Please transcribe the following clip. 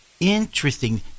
Interesting